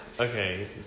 okay